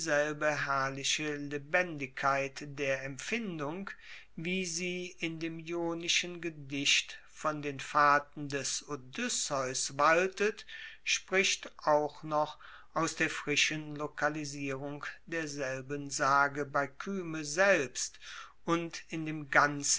herrliche lebendigkeit der empfindung wie sie in dem ionischen gedicht von den fahrten des odysseus waltet spricht auch noch aus der frischen lokalisierung derselben sage bei kyme selbst und in dem ganzen